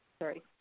Sorry